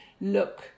look